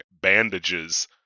bandages